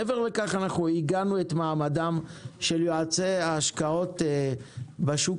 מעבר לכך עיגנו את מעמדם של יועצי ההשקעות בשוק